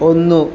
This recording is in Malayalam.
ഒന്നു